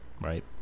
right